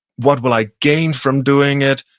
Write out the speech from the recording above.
what will i gain from doing it?